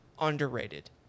underrated